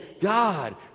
God